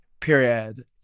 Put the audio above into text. Period